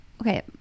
okay